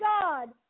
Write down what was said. God